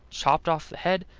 chopped off the head,